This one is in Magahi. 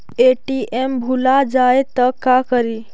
ए.टी.एम भुला जाये त का करि?